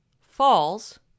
falls